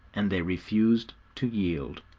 and they refused to yield.